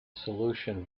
solution